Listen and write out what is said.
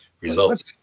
results